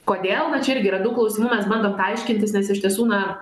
kodėl na čia irgi yra daug klausimų mes bandom tą aiškintis nes iš tiesų na